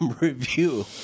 review